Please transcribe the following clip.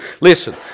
Listen